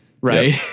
right